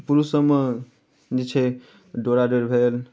पुरुष सभमे जे छै डोराडोरि भेल